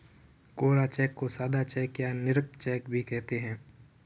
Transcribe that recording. कोरा cheque को सादा cheque तथा निरंक चेक भी कहते हैं